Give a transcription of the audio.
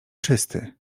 czysty